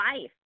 life